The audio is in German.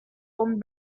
und